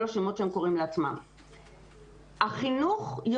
כל השמות שהם קוראים לעצמם.